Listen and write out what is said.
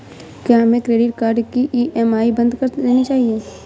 क्या हमें credit card की ई.एम.आई बंद कर देनी चाहिए?